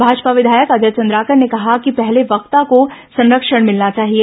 भाजपा विधायक अजय चंद्राकर ने कहा कि पहले वक्ता को संरक्षण मिलना चाहिए